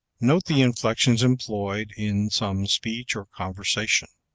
note the inflections employed in some speech or conversation.